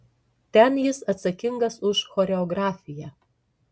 ten jis atsakingas už choreografiją